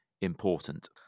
important